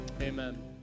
Amen